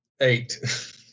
Eight